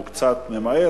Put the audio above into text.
הוא קצת ממהר,